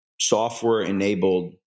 software-enabled